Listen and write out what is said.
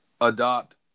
adopt